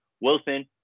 Wilson